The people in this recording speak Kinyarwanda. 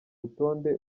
rutonde